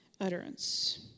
utterance